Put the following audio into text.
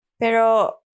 Pero